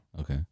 Okay